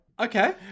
Okay